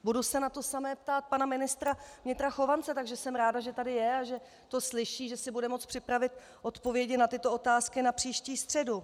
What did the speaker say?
Budu se na to samé ptát pana ministra vnitra Chovance, takže jsem ráda, že tady je a že to slyší, že si bude moci připravit odpovědi na tyto otázky na příští středu.